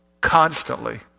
Constantly